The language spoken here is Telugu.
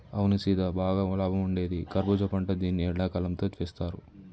అవును సీత బాగా లాభం ఉండేది కర్బూజా పంట దీన్ని ఎండకాలంతో వేస్తారు